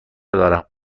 دارم